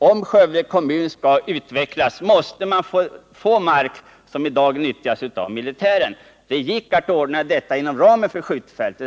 Om Skövde kommun skall utvecklas, måste kommunen få mark som i dag nyttjas av militären. Det gick att ordna detta inom ramen för skjutfältet.